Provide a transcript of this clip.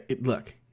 Look